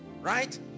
right